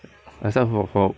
except for for